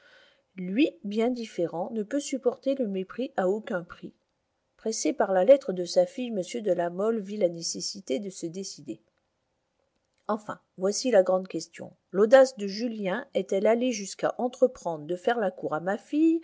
lui bien différent ne peut supporter le mépris à aucun prix pressé par la lettre de sa fille m de la mole vit la nécessité de se décider enfin voici la grande question l'audace de julien est-elle allée jusqu'à entreprendre de faire la cour à ma fille